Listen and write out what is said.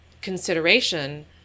consideration